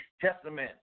Testament